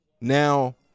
Now